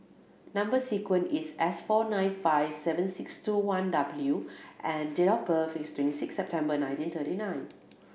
number sequence is S four nine five seven six two one W and date of birth is twenty six September nineteen thirty nine